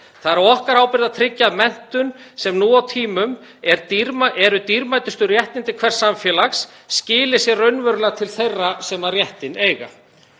Það er á okkar ábyrgð að tryggja að menntun, sem nú á tímum er dýrmætustu réttindi hvers samfélags, skili sér raunverulega til þeirra sem réttinn eiga.